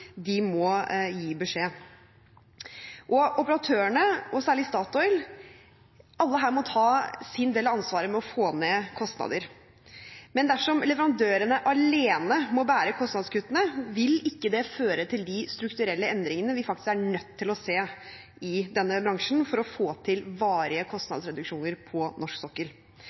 må gi beskjed. Operatørene, og særlig Statoil, må alle ta sin del av ansvaret med å få ned kostnader. Men dersom leverandørene alene må bære kostnadskuttene, vil ikke det føre til de strukturelle endringene vi faktisk er nødt til å se i denne bransjen for å få til varige kostnadsreduksjoner på norsk sokkel.